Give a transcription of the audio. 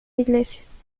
iglesias